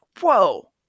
whoa